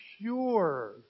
pure